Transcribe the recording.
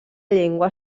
llengua